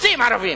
רוצים ערבים,